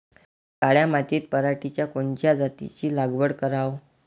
काळ्या मातीत पराटीच्या कोनच्या जातीची लागवड कराव?